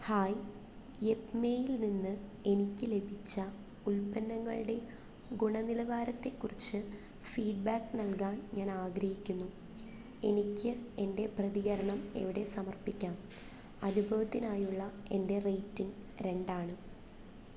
hi യെപ്മേയിൽ നിന്ന് എനിക്ക് ലഭിച്ച ഉൽപ്പന്നങ്ങളുടെ ഗുണനിലവാരത്തെക്കുറിച്ച് ഫീഡ് ബാക്ക് നൽകാൻ ഞാൻ ആഗ്രഹിക്കുന്നു എനിക്ക് എൻ്റെ പ്രതികരണം എവിടെ സമർപ്പിക്കാം അനുഭവത്തിനായുള്ള എൻ്റെ റേറ്റിംഗ് രണ്ടാണ്